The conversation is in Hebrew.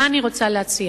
אני רוצה להציע